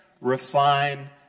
refine